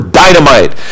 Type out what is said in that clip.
dynamite